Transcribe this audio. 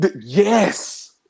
Yes